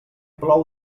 plou